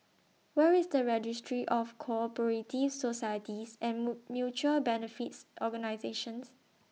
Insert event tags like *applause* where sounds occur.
Where IS The Registry of Co Operative Societies and *unintelligible* Mutual Benefits Organisations